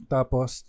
Tapos